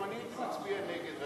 גם אני הייתי מצביע נגד,